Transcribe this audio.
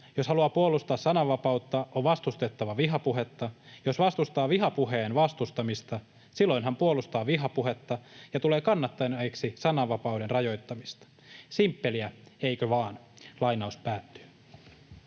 Jos haluaa puolustaa sananva-pautta, on vastustettava vihapuhetta. Jos vastustaa vihapuheen vastustamista, silloinhan puolustaa vihapuhetta ja tulee kannattaneeksi sananvapauden rajoittamista. Simppeliä, eikö vaan?” Kiitoksia.